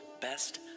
best